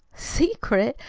secret!